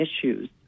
issues